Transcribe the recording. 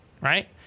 right